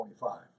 25